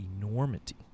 enormity